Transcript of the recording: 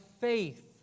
faith